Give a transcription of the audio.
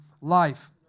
life